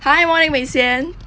hi morning wei xian